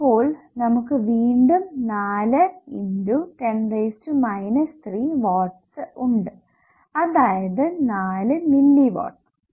അപ്പോൾ നമുക്ക് വീണ്ടും 4 x 10 3 വാട്ട്സ് ഉണ്ട് അതായത് 4 മില്ലിവാട്ടസ്